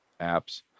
apps